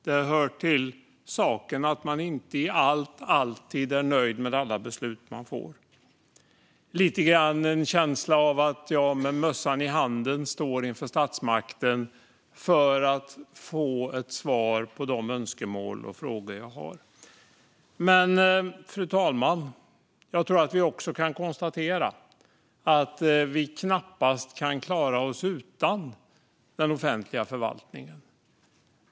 Det hör till saken att man inte alltid är nöjd i allt med alla beslut man får. Man har lite grann en känsla av att stå med mössan i hand inför statsmakten för att få svar på de önskemål och frågor man har. Men, fru talman, jag tror att vi också kan konstatera att vi knappast kan klara oss utan den offentliga förvaltningen.